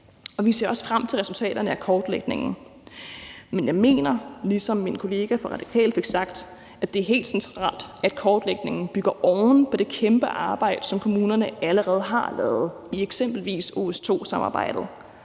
vi ser også frem til resultaterne af kortlægningen. Men jeg mener, ligesom min kollega fra Radikale også fik sagt det, at det er helt centralt, at kortlægningen bygger oven på det kæmpe arbejde, som kommunerne allerede har lavet i eksempelvis OS2-samarbejdet.